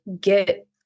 get